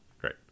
Great